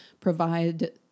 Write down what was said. provide